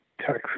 Texas